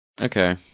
Okay